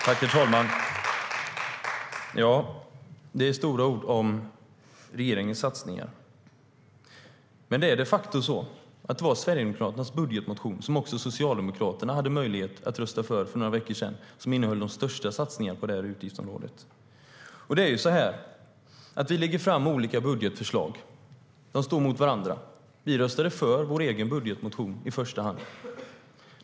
Herr talman! Det är stora ord om regeringens satsningar. Men det är de facto så att Socialdemokraterna hade möjlighet för några veckor sedan att rösta för Sverigedemokraternas budgetmotion, som innehöll de största satsningarna på det här utgiftsområdet. Vi lägger fram olika budgetförslag som står emot varandra. Vi röstade för vår egen budgetmotion i första hand.